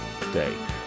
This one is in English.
day